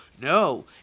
No